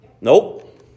Nope